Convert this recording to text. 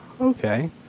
Okay